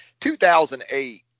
2008